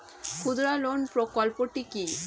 ক্ষুদ্রঋণ প্রকল্পটি কি?